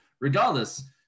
Regardless